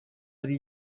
ari